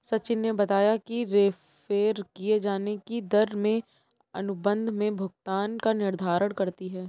सचिन ने बताया कि रेफेर किये जाने की दर में अनुबंध में भुगतान का निर्धारण करती है